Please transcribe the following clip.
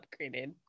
upgraded